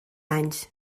anys